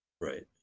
Right